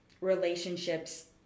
relationships